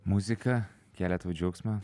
muzika kelia tau džiaugsmą